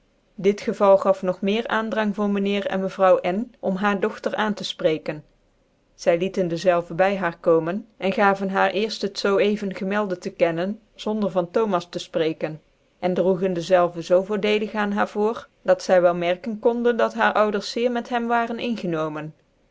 dit geval gaf nog meer aandrang voor myn heer en mevrouw n om haar dogter aan tc fprecken zy lieten dezelve by haar komen cn gaven haar cerit het zoo cvengcmcldc te kennen zonder van thomas tc fprecken cn droegen dezelve zoo voordeel ijj aan haar voor dat zy wel merken koude dat haar ouders zeer met hem waren ingenomen